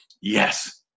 yes